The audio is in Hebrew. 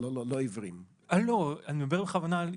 לא, אז אני אומר: למה הנושא של